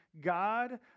God